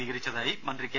സ്വീകരിച്ചതായി മന്ത്രി കെ